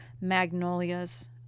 magnolias